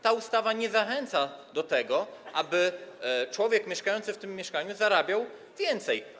Ta ustawa nie zachęca do tego, aby człowiek mieszkający w tym mieszkaniu zarabiał więcej.